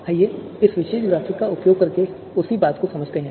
आइए इस विशेष ग्राफिक का उपयोग करके उसी बात को समझते हैं